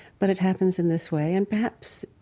but it happens in this way and perhaps,